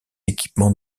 équipements